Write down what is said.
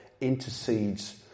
intercedes